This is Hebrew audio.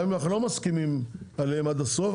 גם אם אנחנו לא מסכימים עליהם עד הסוף,